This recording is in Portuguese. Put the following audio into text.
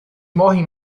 morrem